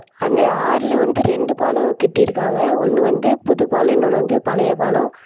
அந்த ஆற்றுல வந்து ரெண்டு பாலம் கட்டிருக்காங்க ஒன்று வந்து புதுப்பாலம் இன்னொன்று வந்து பழையப்பாலம்